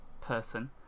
person